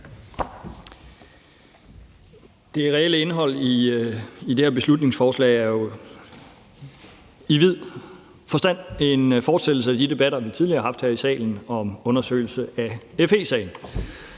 Det reelle indhold i det her beslutningsforslag er jo i vid forstand en fortsættelse af de debatter, vi tidligere har haft her i salen om en undersøgelse af FE-sagen.